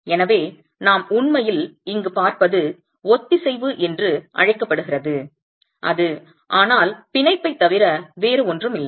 எனவே நாம் உண்மையில் இங்கு பார்ப்பது ஒத்திசைவு என்று அழைக்கப்படுகிறது அது ஆனால் பிணைப்பை தவிர வேறு ஒன்றும் இல்லை